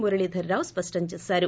మురళీధరరావు స్పష్టం చేశారు